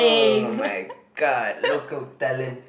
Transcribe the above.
oh-my-god local talent